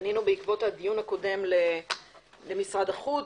פנינו בעקבות הדיון הקודם למשרד החוץ,